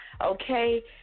okay